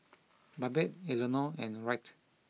Babette Elenore and Wright